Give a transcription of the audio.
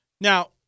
Now